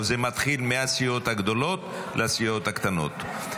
זה מתחיל מהסיעות הגדולות לסיעות הקטנות.